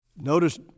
Notice